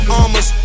armors